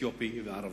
אתיופי וערבי?